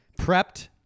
prepped